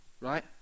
right